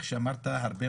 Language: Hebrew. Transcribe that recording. כמו שאמרת,